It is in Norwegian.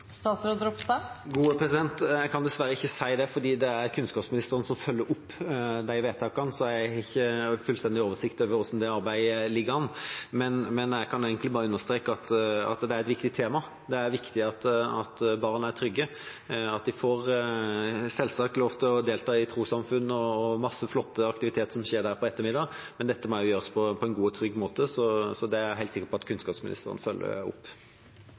Jeg kan dessverre ikke si det, for det er kunnskapsministeren som følger opp de vedtakene. Jeg har ikke fullstendig oversikt over hvordan det arbeidet ligger an, men jeg kan understreke at det er et viktig tema. Det er viktig at barn er trygge, at de selvsagt får lov til å delta i trossamfunn og mange flotte aktiviteter som skjer der på ettermiddagen, men dette må gjøres på en god og trygg måte. Det er jeg helt sikker på at kunnskapsministeren følger opp.